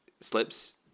slips